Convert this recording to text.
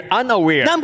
unaware